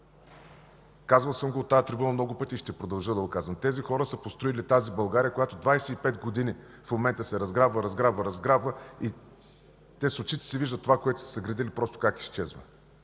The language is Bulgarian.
Казвал съм го от тази трибуна много пъти и ще продължа да го казвам – тези хора са построили тази България, която 25 години, а и в момента се разграбва, разграбва, разграбва. Те с очите си виждат това, което са съградили, как изчезва.